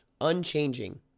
unchanging